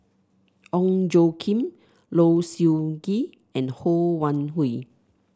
Ong Tjoe Kim Low Siew Nghee and Ho Wan Hui